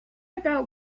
about